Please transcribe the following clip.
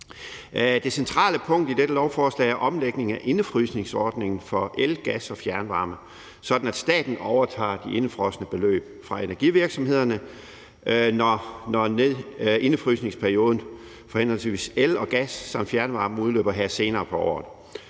Det centrale punkt i dette lovforslag er omlægningen af indefrysningsordningen for el, gas og fjernvarme, sådan at staten overtager de indefrosne beløb fra energivirksomhederne, når indefrysningsperioden for henholdsvis el og gas samt fjernvarme udløber her senere på året.